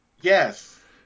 yes